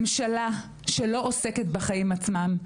ממשלה שלא עוסקת בחיים עצמם,